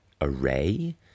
array